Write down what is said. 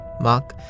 Mark